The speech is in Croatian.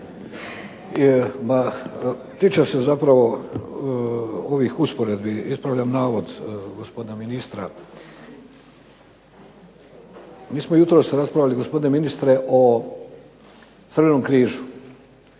tiče se zapravo ovih usporedbi, ispravljam navod gospodina ministra. Mi smo jutros raspravljali gospodine ministre o Crvenom križu.